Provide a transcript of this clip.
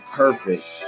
perfect